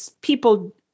people